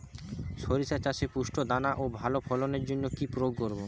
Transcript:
শরিষা চাষে পুষ্ট দানা ও ভালো ফলনের জন্য কি প্রয়োগ করব?